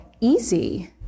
easy